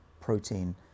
protein